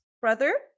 brother